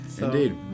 Indeed